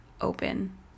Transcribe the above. open